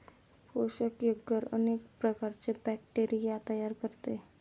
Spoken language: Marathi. पोषक एग्गर अनेक प्रकारचे बॅक्टेरिया तयार करते